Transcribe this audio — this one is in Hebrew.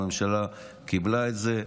הממשלה קיבלה את זה,